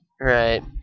Right